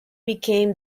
became